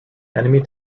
enemy